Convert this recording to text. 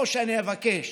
או שאני אבקש